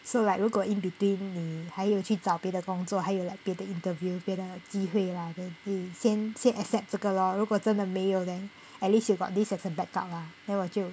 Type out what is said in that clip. so like 如果 in between 你还有去找别的工作还有 like 别的 interview 别的机会 lah then 你先先 accept 这个 lor 如果真的没有 then at least you got this as a backup lah then 我就